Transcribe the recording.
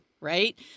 Right